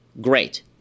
great